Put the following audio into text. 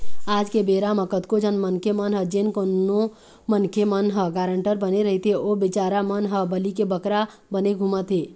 आज के बेरा म कतको झन मनखे मन ह जेन कोनो मनखे मन ह गारंटर बने रहिथे ओ बिचारा मन ह बली के बकरा बने घूमत हें